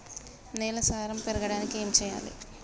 నేల సారం పెరగడానికి ఏం చేయాలి?